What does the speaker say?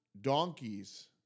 donkey's